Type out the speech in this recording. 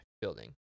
building